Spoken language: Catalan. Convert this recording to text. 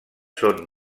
són